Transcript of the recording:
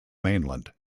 mainland